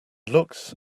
looks